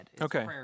Okay